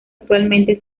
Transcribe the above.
actualmente